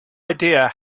idea